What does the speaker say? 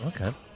Okay